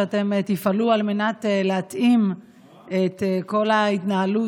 שאתם תפעלו על מנת להתאים את כל ההתנהלות